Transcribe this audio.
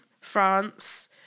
France